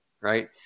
Right